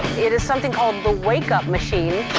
it is something called the wake-up machine.